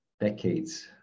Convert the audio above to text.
decades